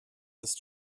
ist